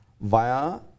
via